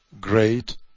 great